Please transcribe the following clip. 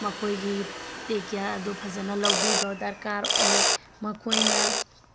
ꯃꯈꯣꯏꯒꯤ take care ꯑꯗꯨ ꯐꯖꯅ ꯂꯧꯕꯤꯕ ꯗꯔꯀꯥꯔ ꯑꯣꯏ ꯃꯈꯣꯏꯅ